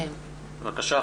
בבקשה.